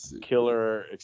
killer